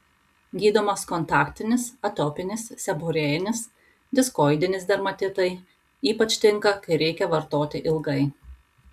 gydomas kontaktinis atopinis seborėjinis diskoidinis dermatitai ypač tinka kai reikia vartoti ilgai